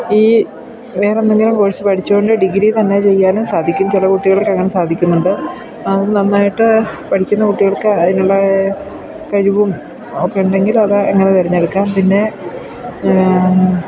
ഈ വേറെ എന്തെങ്കിലും കോഴ്സ് പഠിച്ചു കൊണ്ട് ഡിഗ്രി തന്നെ ചെയ്യാനും സാധിക്കും ചില കുട്ടികൾക്ക് അങ്ങനെ സാധിക്കുന്നുണ്ട് അത് നന്നായിട്ട് പഠിക്കുന്ന കുട്ടികൾക്ക് അതിനുള്ള കഴിവും ഒക്കെ ഉണ്ടെങ്കിൽ അത് അങ്ങനെ തെരഞ്ഞെടുക്കാം പിന്നെ